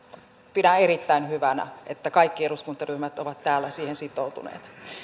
pidän erittäin hyvänä että kaikki eduskuntaryhmät ovat täällä siihen sitoutuneet